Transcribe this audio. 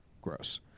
Gross